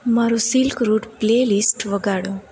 મારું silk route playlist વગાડો